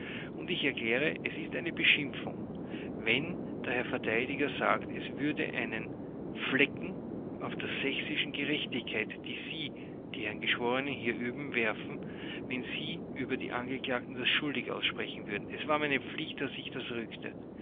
und ich erkläre es ist eine beschimpfung wenn der herr verteidiger sagt es würde einen flecken auf die sächsiche gerechtigkeit die sie die herren geschworenen hier üben werfen wenn sie über die angeklagten das schuldig aussprechen würden es war meine pflicht daß ich